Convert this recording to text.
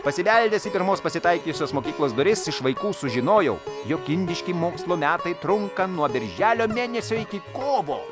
pasibeldęs į pirmos pasitaikiusios mokyklos duris iš vaikų sužinojau jog indiški mokslo metai trunka nuo birželio mėnesio iki kovo